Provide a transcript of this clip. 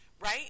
Right